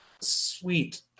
sweet